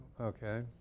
okay